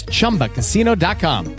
Chumbacasino.com